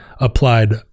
applied